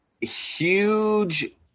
huge